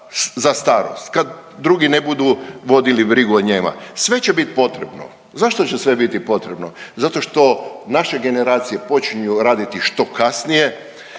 za starost kad drugi ne budu vodili brigu o njima. Sve će bit potrebno. Zašto će sve biti potrebno? Zato što naše generacije počinju raditi što kasnije